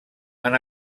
han